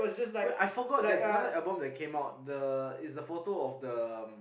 wait I forgot there's another album that came out the it's a photo of the